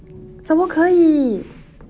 可不可以